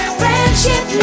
friendship